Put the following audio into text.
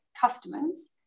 customers